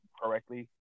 correctly